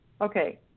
okay